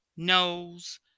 knows